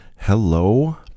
Hello